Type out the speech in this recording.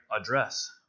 address